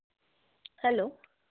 hello